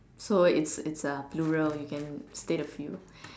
so it's it's a plural you can state a few